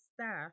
staff